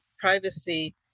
privacy